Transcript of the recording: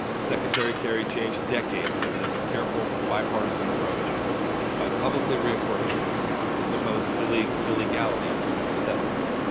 secretary kerry changed decades of this careful, bipartisan approach by publicly reaffirming the supposed illegality illegality of settlements.